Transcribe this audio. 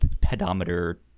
pedometer